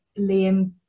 Liam